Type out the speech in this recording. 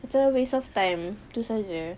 macam waste of time itu sahaja